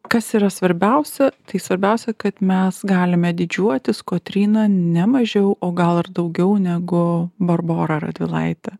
kas yra svarbiausia tai svarbiausia kad mes galime didžiuotis kotryna ne mažiau o gal ir daugiau negu barbora radvilaite